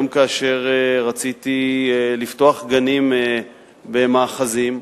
גם כאשר רציתי לפתוח גנים במאחזים,